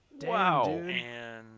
Wow